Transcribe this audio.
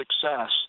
success